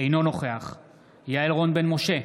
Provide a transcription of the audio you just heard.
אינו נוכח יעל רון בן משה,